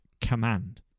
command